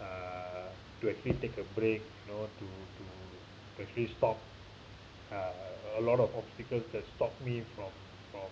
uh to actually take a break you know to to actually stop uh a lot of obstacle that stop me from from